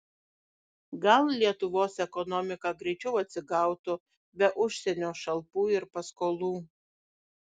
gal lietuvos ekonomika greičiau atsigautų be užsienio šalpų ir paskolų